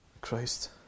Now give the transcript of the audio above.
Christ